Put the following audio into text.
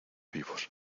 vivos